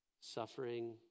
suffering